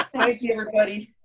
ah thank you, everybody,